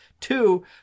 Two